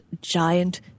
giant